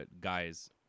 guys